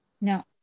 No